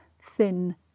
thin